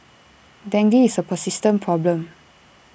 dengue is A persistent problem